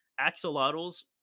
Axolotls